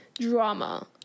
drama